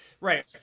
Right